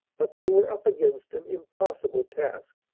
but they were up against an impossible task.